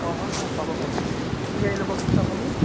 অঁ হয় হয় পাব পাব কি গাড়ী ল'ব পিছে আপুনি